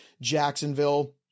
Jacksonville